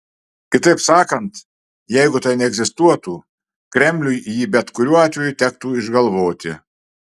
kitaip sakant jeigu tai neegzistuotų kremliui jį bet kurio atveju tektų išgalvoti